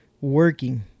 working